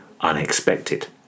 unexpected